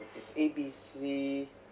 it's A B C